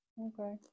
Okay